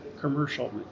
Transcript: commercial